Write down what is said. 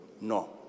No